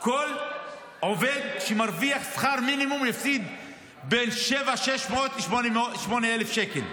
כל עובד שמרוויח שכר מינימום יפסיד בין 7,600 ל-8,000 שקל.